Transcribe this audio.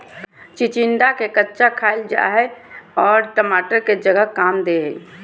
चिचिंडा के कच्चा खाईल जा हई आर टमाटर के जगह काम दे हइ